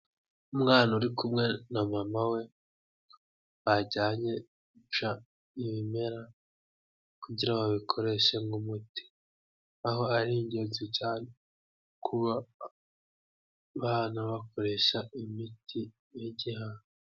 Umwana uri kumwe na mama we bajyanye gushaka ibimera kugira ngo babikoreshe nk'umuti, aho ari ingenzi cyane kuba bajya bakoresha imiti iri hano.